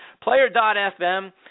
player.fm